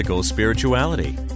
Spirituality